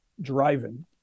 driving